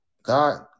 God